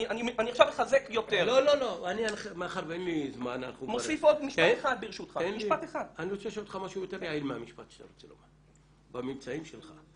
בממצאים שלך,